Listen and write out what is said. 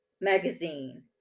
magazine